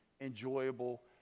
enjoyable